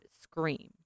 scream